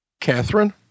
Catherine